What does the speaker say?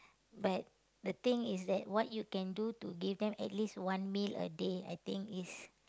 but the thing is that what you can do to give them at least one meal a day I think is